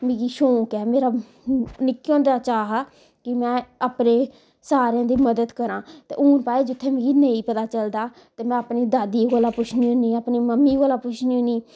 ते मिगी शोक ऐ मेरा निक्के हुंदे दा चाह् हा की मैं अपने सारें दी मदद करां ते हुन भाई जित्थे मिगी नेईं पता चलदा ते मैै अपनी दादी कोलां पुच्छनी अपनी मम्मी कोलां पुच्छनी हुन्नी